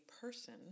person